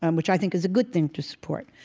and which i think is a good thing to support.